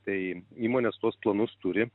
tai įmonės tuos planus turi